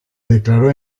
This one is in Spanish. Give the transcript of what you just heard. declaró